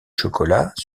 chocolat